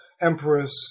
Empress